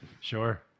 sure